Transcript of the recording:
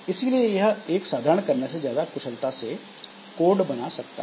इसीलिए यह एक साधारण कर्नल से ज्यादा कुशलता से कोड बना सकता है